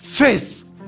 faith